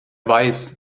weiß